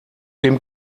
dem